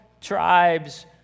tribes